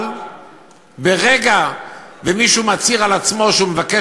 אבל ברגע שמישהו מצהיר על עצמו שהוא מבקש